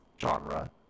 genre